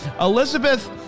Elizabeth